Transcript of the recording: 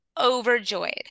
overjoyed